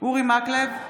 אורי מקלב,